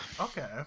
okay